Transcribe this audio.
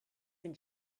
been